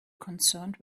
concerned